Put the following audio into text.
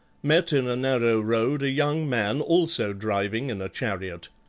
met in a narrow road a young man also driving in a chariot.